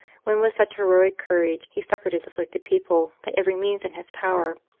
when with such heroic courage he succoured his afflicted people by every means in his power,